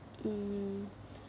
hmm